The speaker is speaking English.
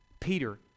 Peter